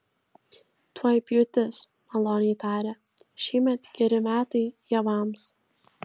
tuoj pjūtis maloniai tarė šįmet geri metai javams